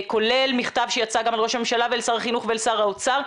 כולל מכתב שיצא גם אל ראש הממשלה ואל שר החינוך ואל שר האוצר.